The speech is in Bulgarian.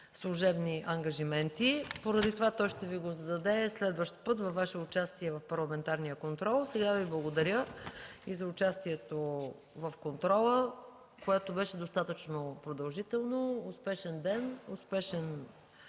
служебни ангажименти. Поради това той ще Ви го зададе следващ път при Ваше участие в парламентарния контрол. Благодаря за участието Ви в контрола, което беше достатъчно продължително. Успешен ден, успешен